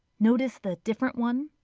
notice the different one?